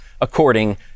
according